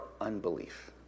unbelief